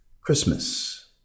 Christmas